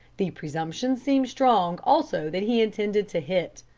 the presumption seems strong also that he intended to hit.